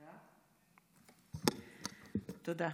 תודה.